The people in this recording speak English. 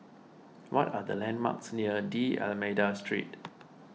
what are the landmarks near D'Almeida Street